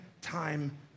time